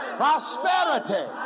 prosperity